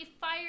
fired